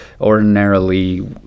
ordinarily